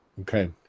Okay